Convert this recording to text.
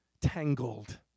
Tangled